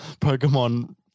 pokemon